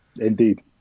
Indeed